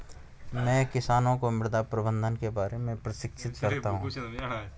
मैं किसानों को मृदा प्रबंधन के बारे में प्रशिक्षित करता हूँ